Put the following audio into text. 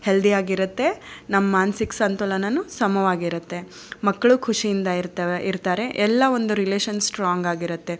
ಹೆಲ್ದಿಯಾಗಿರುತ್ತೆ ನಮ್ಮ ಮಾನ್ಸಿಕ ಸಂತುಲನನೂ ಸಮವಾಗಿರುತ್ತೆ ಮಕ್ಕಳು ಖುಷಿಯಿಂದ ಇರ್ತವೆ ಇರ್ತಾರೆ ಎಲ್ಲ ಒಂದು ರಿಲೇಶನ್ ಸ್ಟ್ರಾಂಗಾಗಿರುತ್ತೆ